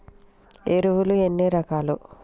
ఎరువులు ఎన్ని రకాలు?